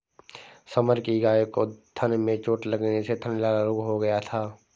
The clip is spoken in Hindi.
समर की गाय को थन में चोट लगने से थनैला रोग हो गया था